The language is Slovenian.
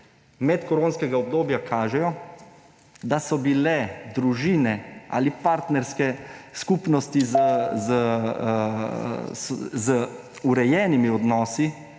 medkoronskega obdobja kažejo, da so bile družine ali partnerske skupnosti z urejenimi odnosi